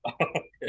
Okay